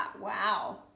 Wow